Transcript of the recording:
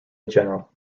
general